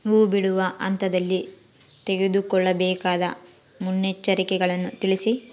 ಹೂ ಬಿಡುವ ಹಂತದಲ್ಲಿ ತೆಗೆದುಕೊಳ್ಳಬೇಕಾದ ಮುನ್ನೆಚ್ಚರಿಕೆಗಳನ್ನು ತಿಳಿಸಿ?